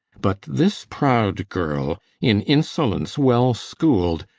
but this proud girl, in insolence well-schooled,